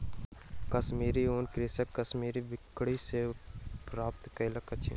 कश्मीरी ऊन कृषक कश्मीरी बकरी सॅ प्राप्त करैत अछि